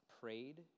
prayed